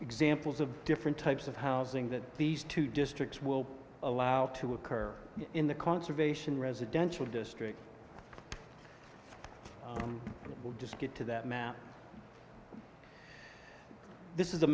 examples of different types of housing that these two districts will allow to occur in the conservation residential district we'll just get to that map this